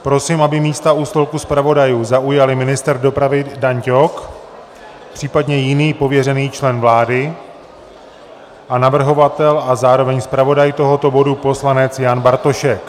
Prosím, aby místa u stolku zpravodajů zaujali ministr dopravy Dan Ťok, případně jiný pověřený člen vlády, a navrhovatel a zároveň zpravodaj tohoto bodu poslanec Jan Bartošek.